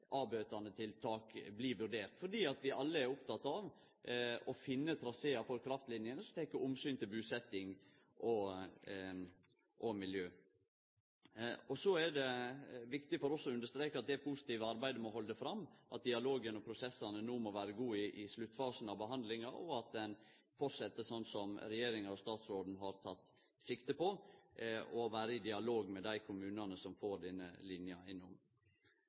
avbøtande tiltak, fordi vi alle er opptekne av å finne trasear for kraftlinjene som tek omsyn til busetjing og miljø. Så er det viktig for oss å understreke at det positive arbeidet må halde fram, at dialogen og prosessane no må vere gode i sluttfasen av behandlinga, og at ein held fram slik som regjeringa og statsråden har teke sikte på: å vere i dialog med dei kommunane som får denne linja innom.